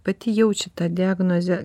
pati jaučia tą diagnozę